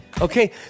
Okay